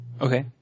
Okay